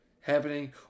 happening